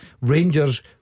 Rangers